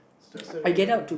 just the reason